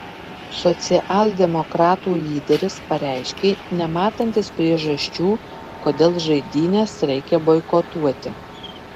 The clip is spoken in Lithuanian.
socialdemokratų lyderis pareiškė nematantis priežasčių kodėl žaidynes reikia boikotuoti